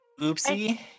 Oopsie